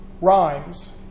rhymes